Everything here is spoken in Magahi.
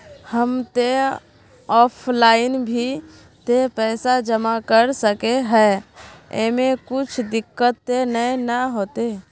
हम ते ऑफलाइन भी ते पैसा जमा कर सके है ऐमे कुछ दिक्कत ते नय न होते?